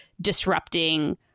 disrupting